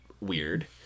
weird